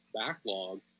backlog